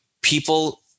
people